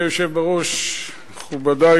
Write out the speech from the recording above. כמובן,